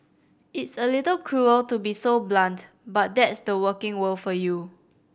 it's a little cruel to be so blunt but that's the working world for you